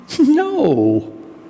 No